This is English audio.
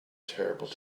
terrible